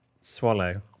Swallow